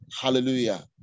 Hallelujah